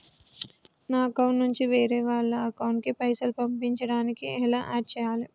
నా అకౌంట్ నుంచి వేరే వాళ్ల అకౌంట్ కి పైసలు పంపించడానికి ఎలా ఆడ్ చేయాలి?